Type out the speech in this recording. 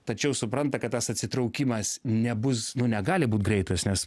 tačiau supranta kad tas atsitraukimas nebus ne negali būt greitas nes